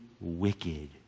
wicked